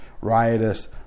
riotous